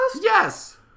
Yes